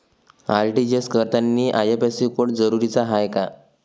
RTGS करतांनी IFSC code जरुरीचा हाय का?